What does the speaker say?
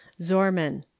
Zorman